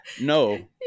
no